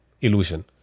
Illusion